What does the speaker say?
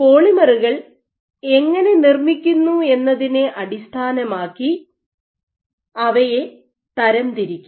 പോളിമറുകൾ എങ്ങനെ നിർമ്മിക്കുന്നു എന്നതിനെ അടിസ്ഥാനമാക്കി അവയെ തരംതിരിക്കാം